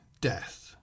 death